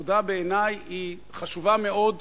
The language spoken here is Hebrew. בעיני עבודה היא חשובה מאוד,